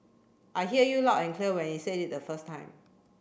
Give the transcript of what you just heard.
I hear you loud and clear when you said it the first time